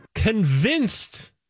convinced